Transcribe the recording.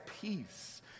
peace